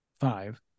five